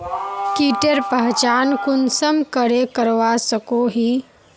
कीटेर पहचान कुंसम करे करवा सको ही?